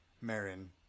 Marin